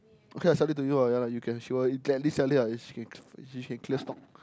okay lah I sell it to you lah ya lah you can she will at least sell it ah she can clear stock